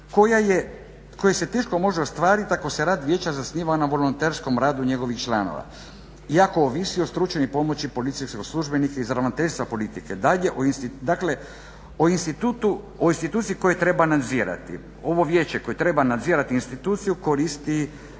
koja se teško može ostvariti ako se rad vijeća zasniva na volonterskom radu njegovih članova i ako ovisi o stručnoj pomoći policijskog službenika iz ravnateljstva … /Govornik se ne razumije./… Dakle, o instituciji koju treba nadzirati ovo vijeće koje treba nadzirati instituciju koristi